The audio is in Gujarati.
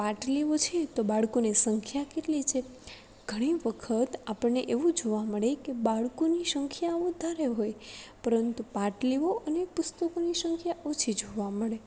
પાટલીઓ છે તો બાળકોને સંખ્યા કેટલી છે ઘણી વખત આપણને એવું જોવા મળે કે બાળકોની સંખ્યા વધારે હોય પરંતુ પાટલીઓ અને પુસ્તકોની સંખ્યા ઓછી જોવા મળે